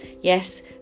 Yes